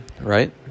right